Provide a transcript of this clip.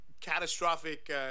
catastrophic